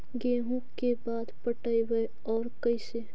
गेहूं के बार पटैबए और कैसे?